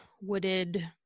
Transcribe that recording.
wooded